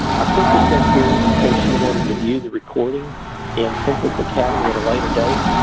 i put this in here in case you wanted to view the recordings in census academy at a later date.